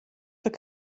foar